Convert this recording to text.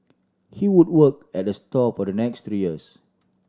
he would work at the store for the next three years